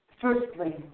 Firstly